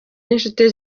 n’inshuti